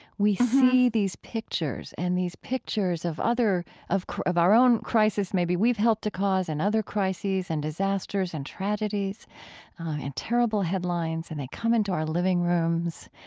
we see these pictures and these pictures of other of of our own crisis maybe we've helped to cause and other crises and disasters and tragedies and terrible headlines, and they come into our living rooms.